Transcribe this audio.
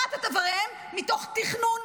כרת את איבריהם מתוך תכנון,